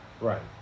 Right